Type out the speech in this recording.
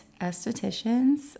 estheticians